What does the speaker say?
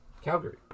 Calgary